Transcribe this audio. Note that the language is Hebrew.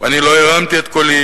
ואני לא הרמתי את קולי,